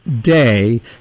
day